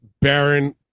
Baron